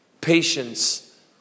Patience